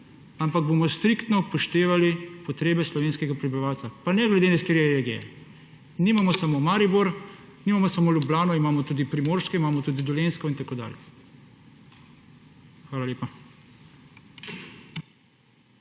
ampak bomo striktno upoštevali potrebe slovenskega prebivalca, pa ne glede to, s katere regije je. Nimamo samo Maribora, nimamo samo Ljubljane, imamo tudi Primorsko, imamo tudi Dolenjsko in tako dalje. Hvala lepa.